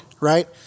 right